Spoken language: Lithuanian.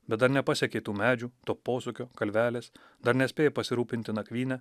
bet dar nepasiekei tų medžių to posūkio kalvelės dar nespėjai pasirūpinti nakvyne